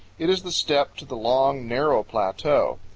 it is the step to the long, narrow plateau.